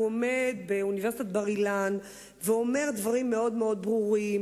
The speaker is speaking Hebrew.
הוא עומד באוניברסיטת בר-אילן ואומר דברים מאוד מאוד ברורים,